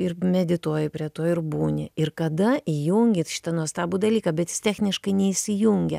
ir medituoji prie to ir būni ir kada įjungi šitą nuostabų dalyką bet jis techniškai neįsijungia